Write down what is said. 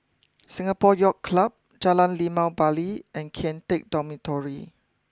Singapore Yacht Club Jalan Limau Bali and Kian Teck Dormitory